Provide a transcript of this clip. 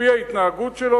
לפי ההתנהגות שלו,